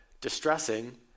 distressing